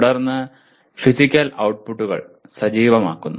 തുടർന്ന് ഫിസിക്കൽ ഔട്ട്പുട്ടുകൾ സജീവമാക്കുന്നു